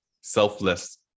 selfless